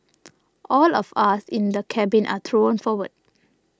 all of us in the cabin are thrown forward